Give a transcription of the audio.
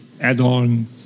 add-on